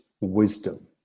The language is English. wisdom